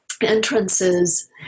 entrances